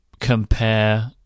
compare